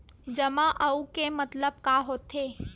जमा आऊ के मतलब का होथे?